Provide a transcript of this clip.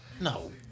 No